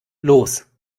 los